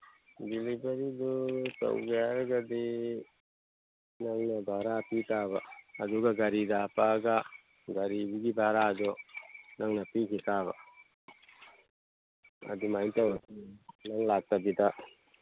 ꯗꯤꯂꯤꯚꯔꯤꯗꯨ ꯇꯧꯒꯦ ꯍꯥꯏꯔꯒꯗꯤ ꯅꯪꯅ ꯚꯔꯥ ꯄꯤ ꯇꯥꯕ ꯑꯗꯨꯒ ꯒꯥꯔꯤꯗ ꯍꯥꯞꯄꯛꯑꯒ ꯒꯥꯔꯤꯗꯨꯒꯤ ꯚꯔꯥꯗꯣ ꯅꯪꯅ ꯄꯤꯒꯤ ꯇꯥꯕ ꯑꯗꯨꯃꯥꯏ ꯇꯧꯔꯁꯤ ꯅꯪ ꯂꯥꯛꯇꯕꯤꯗ